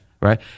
Right